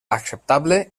acceptable